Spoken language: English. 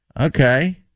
Okay